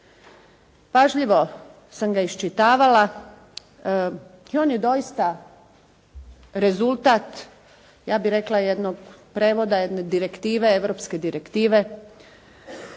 Pažljivo sam ga iščitavala i on je doista rezultat ja bih rekla jednog prijevoda, jedne direktive, europske direktive.